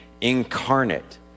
incarnate